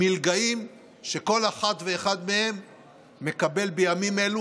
מלגאים שכל אחת ואחד מהם מקבל בימים אלו